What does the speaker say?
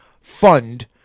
Fund